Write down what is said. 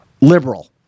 liberal